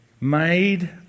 Made